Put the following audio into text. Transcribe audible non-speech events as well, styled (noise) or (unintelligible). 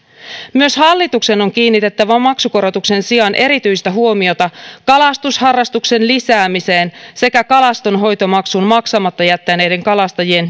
myös hallituksen on kiinnitettävä maksukorotuksen sijaan erityistä huomiota kalastusharrastuksen lisäämiseen sekä kalastonhoitomaksun maksamatta jättäneiden kalastajien (unintelligible)